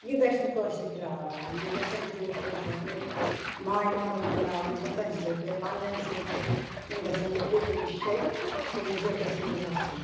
یہِ گژھِ نہٕ کٲنٛسہِ سۭتۍ راوراوُن یِم گژھن ٹھیٖک پٲٹھۍ پَکٕنۍ ماے محبت بَڑاوٕنۍ لٕکَن سۭتۍ تہِ پَنٕنؠن سۭتۍ تہِ یِم گژھن نہٕ کُنہِ جایہِ کُنہِ جِرگَس منٛز آسٕنۍ